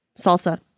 Salsa